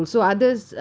ya